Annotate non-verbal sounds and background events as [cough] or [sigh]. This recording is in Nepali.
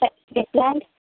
[unintelligible] प्लान्ट